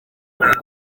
man